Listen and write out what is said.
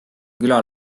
küla